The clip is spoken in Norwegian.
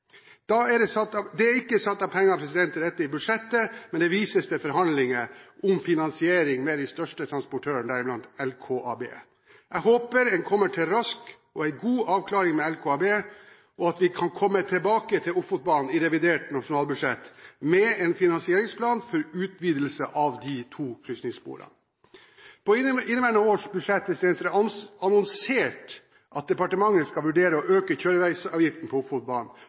Da vil spørsmålet om dobbeltspor stå sentralt. På kort sikt – i 2013 og 2014 – må kapasiteten økes ved at to krysningsspor, Bjørnfjell og Rombak, forlenges. Blir ikke dette gjort, vil kapasiteten sprenges og gods vil gå fra jernbane til vei. Det er ikke satt av penger til dette i budsjettet, men det vises til forhandlinger om finansiering med de største transportørene, deriblant LKAB. Jeg håper en kommer til en rask og god avklaring med LKAB, og at vi kan komme tilbake til Ofotbanen i revidert nasjonalbudsjett, med en